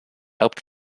helped